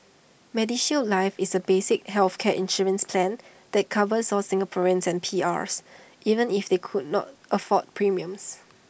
medishield life is A basic healthcare insurance plan that covers all Singaporeans and PRs even if they could not afford premiums